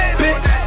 bitch